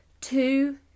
two